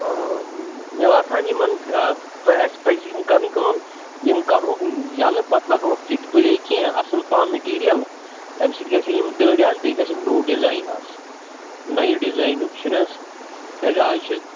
آ آ مےٚ باسان یِمَن کہِ اسہِ پَزِ یِم کَرٕنۍ کٲم یِم کَرہوک یَلہٕ پَتہٕ لاگاوہوک کِٹ پِلیے کیٚنٛہہ اَصٕل پَہَم مٔٹیٖرِیَل تَمہِ سۭتۍ گَژھَن یِم دٔرۍ حظ بیٚیہِ گَژھیٚکھ نوٚو ڈِیزایِن حظ نَیہِ ڈِیزایِنُک چھُنہٕ حظ کیٛاز اَز چھُ